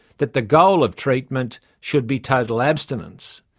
that the goal of treatment should be total abstinence.